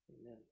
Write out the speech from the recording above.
Amen